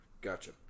Gotcha